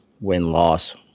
win-loss